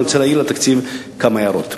אני רוצה להעיר על התקציב כמה הערות.